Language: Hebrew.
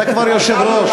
אתה כבר יושב-ראש.